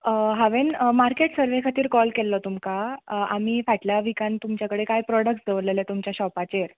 हांवें market survey खातीर call केल्लो तुमकां आमी फाटल्या विकान तुमचे कडेन काय प्रोडटक्स दवरलेले तुमच्या शोपाचेर